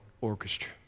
orchestra